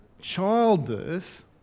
childbirth